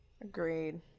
Agreed